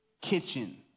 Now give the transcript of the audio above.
Kitchen